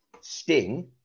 Sting